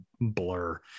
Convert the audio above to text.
blur